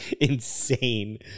insane